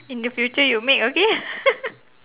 in the future you make okay